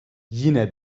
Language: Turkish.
yine